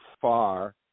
Far